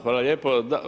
Hvala lijepo.